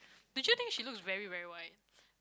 did you think she looks very very white